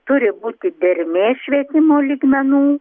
turi būti dermės švietimo lygmenų